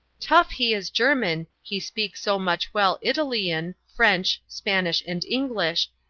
tough he is german, he speak so much well italyan, french, spanish and english,